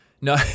No